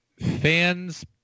fans